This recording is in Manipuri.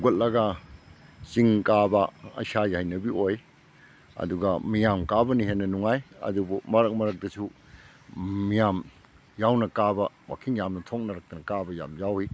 ꯍꯧꯒꯠꯂꯒ ꯆꯤꯡ ꯀꯥꯕ ꯏꯁꯥꯒꯤ ꯍꯩꯅꯕꯤ ꯑꯣꯏ ꯑꯗꯨꯒ ꯃꯤꯌꯥꯝ ꯀꯥꯕꯅ ꯍꯦꯟꯅ ꯅꯨꯡꯉꯥꯏ ꯑꯗꯨꯕꯨ ꯃꯔꯛ ꯃꯔꯛꯇꯁꯨ ꯃꯤꯌꯥꯝ ꯌꯥꯎꯅ ꯀꯥꯕ ꯋꯥꯛꯀꯤꯡ ꯌꯥꯝꯅ ꯊꯣꯛꯅꯔꯛꯇꯅ ꯀꯥꯕ ꯌꯥꯝ ꯌꯥꯎꯏ